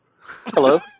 Hello